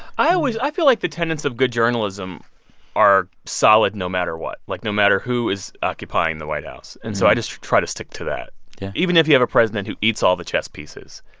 i always i feel like the tenants of good journalism are solid no matter what. like, no matter who is occupying the white house. and so i just try to stick to that yeah even if you have a president who eats all the chess pieces,